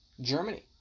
Germany